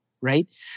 right